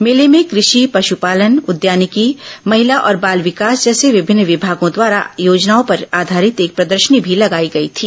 मेले में कृषि पश्रपालन उद्यानिकी महिला और बाल विकास जैसे विभिन्न विमागों द्वारा योजनाओं पर आधारित एक प्रदर्शनी भी लगाई गई थी